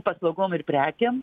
paslaugom ir prekėm